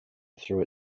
through